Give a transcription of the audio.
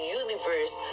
universe